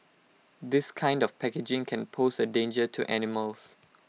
this kind of packaging can pose A danger to animals